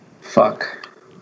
Fuck